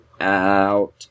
out